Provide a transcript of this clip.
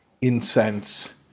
incense